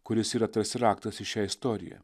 kuris yra tarsi raktas į šią istoriją